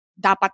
dapat